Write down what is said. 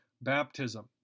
baptism